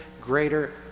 greater